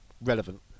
relevant